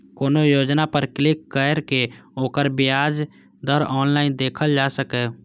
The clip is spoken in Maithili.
कोनो योजना पर क्लिक कैर के ओकर ब्याज दर ऑनलाइन देखल जा सकैए